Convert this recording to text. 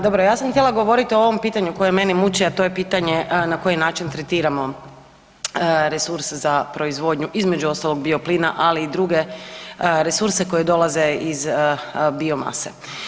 Dobro, ja sam htjela govorit o ovom pitanju koje mene muči, a to je pitanje na koji način tretiramo resurse za proizvodnju, između ostalog bioplina, ali i druge resurse koji dolaze iz biomase.